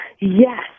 Yes